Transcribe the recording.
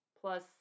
plus